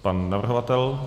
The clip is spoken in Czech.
Pan navrhovatel?